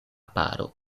paro